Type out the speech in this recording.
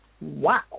Wow